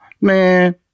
man